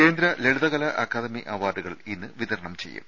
കേന്ദ്ര ലളിതകലാ അക്കാദമി അവാർഡുകൾ ഇന്ന് വിതരണം ചെയ്യും